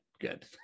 good